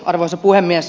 arvoisa puhemies